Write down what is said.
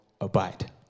Abide